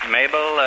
Mabel